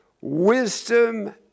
Wisdom